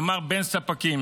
כלומר בין ספקים,